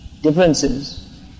differences